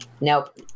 Nope